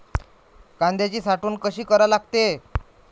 कांद्याची साठवन कसी करा लागते?